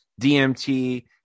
DMT